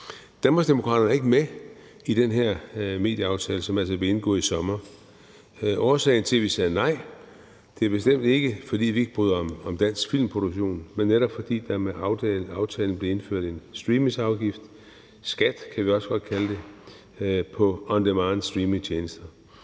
Danmarksdemokraterne er ikke med i den her medieaftale, som altså blev indgået i sommer. Årsagen til, at vi sagde nej, var bestemt ikke, at vi ikke bryder os om dansk filmproduktion, men at der med aftalen blev indført en streamingafgift – en skat kan vi også godt kalde det – på on demand-streamingtjenester.